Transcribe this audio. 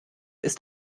ist